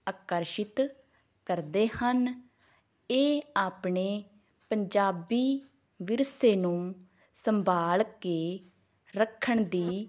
ਆਕਰਸ਼ਿਤ ਕਰਦੇ ਹਨ ਇਹ ਆਪਣੇ ਪੰਜਾਬੀ ਵਿਰਸੇ ਨੂੰ ਸੰਭਾਲ ਕੇ ਰੱਖਣ ਦੀ